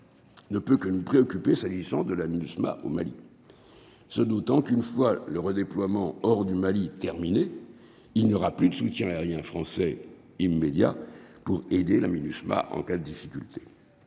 Ne peut que nous préoccuper, s'agissant de la Minusma au Mali, ce d'autant qu'une fois le redéploiement hors du Mali terminé, il n'y aura plus de soutien aérien français immédiat pour aider la Minusma en cas de difficulté.